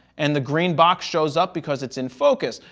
and the green box shows up, because it's in focus.